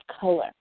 color